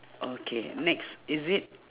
okay next is it